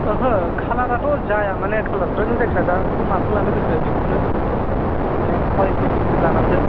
ओहो खालाराथ' जाया माने खालाराथ' नों जायखिया दाखौ माखौ लानो गोसो बेखौनो कुवालिटिखौ लानानैसो